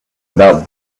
about